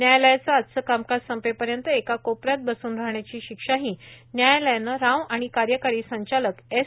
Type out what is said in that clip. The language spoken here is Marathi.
न्यायालयाचं आजचं कामकाज संपेपर्यंत एका कोपऱ्यात बसून राहण्याची शिक्षाही न्यायालयानं राव आणि कार्यकारी संचालक एस